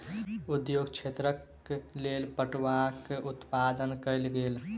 उद्योग क्षेत्रक लेल पटुआक उत्पादन कयल गेल